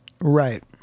Right